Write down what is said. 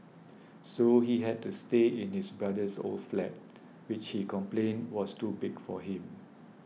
so he had to stay in his brother's old flat which he complained was too big for him